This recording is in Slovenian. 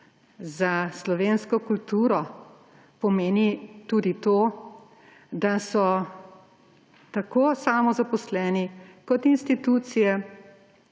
za slovensko kulturo pomeni tudi to, da so tako samozaposleni kot institucije